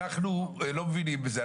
אנחנו לא מבינים בזה,